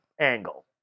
angle